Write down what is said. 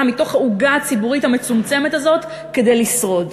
מתוך העוגה הציבורית המצומצמת הזאת כדי לשרוד.